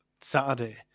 Saturday